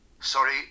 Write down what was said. Sorry